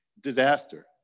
disaster